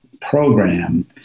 program